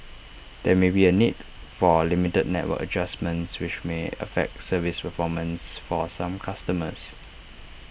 there may be A need for limited network adjustments which may affect service performance for A some customers